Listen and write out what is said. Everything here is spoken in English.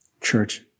Church